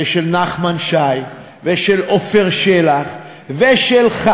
ושל נחמן שי, ושל עפר שלח ושלך,